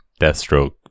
Deathstroke